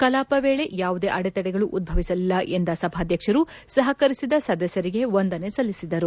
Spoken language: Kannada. ಕಲಾಪ ವೇಳೆ ಯಾವುದೇ ಅಡೆತಡೆಗಳು ಉದ್ದವಿಸಲಿಲ್ಲ ಎಂದ ಸಭಾಧ್ಯಕ್ಷರು ಸಹಕರಿಸಿದ ಸದಸ್ದರಿಗೆ ವಂದನೆ ಸಲ್ಲಿಸಿದರು